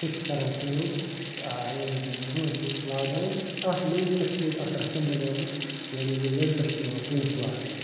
سُہ چھِ کران کٲم یعنی کہِ مٲنٛز چھِ لاگان تہٕ اَتھ مٲنٛزِ پٮ۪ٹھ چھِ ییٚتہِ اَکھ رَسَم بنیومُت یعنی کہِ لڑکَس چھِ یِوان پونٛسہٕ لاگنہٕ